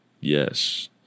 Yes